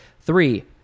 Three